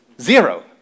zero